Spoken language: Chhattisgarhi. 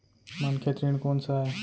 मनखे ऋण कोन स आय?